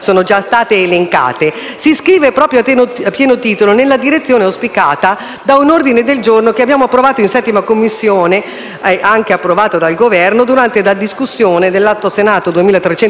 (sono già state elencate), si iscrive a pieno titolo nella direzione auspicata da un ordine del giorno che abbiamo approvato in 7a Commissione (approvato anche dal Governo), durante la discussione dell'Atto Senato 2371,